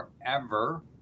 forever